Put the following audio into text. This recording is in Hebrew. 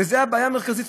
וזו הבעיה המרכזית.